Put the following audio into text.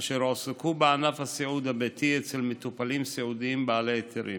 אשר הועסקו בענף הסיעוד הביתי אצל מטופלים סיעודיים בעלי היתרים.